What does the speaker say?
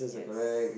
yes